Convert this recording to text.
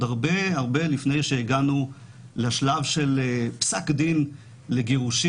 הרבה הרבה לפני שהגענו לשלב של פסק דין לגירושין.